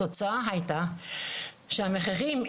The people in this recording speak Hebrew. התוצאה הייתה, אם